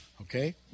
okay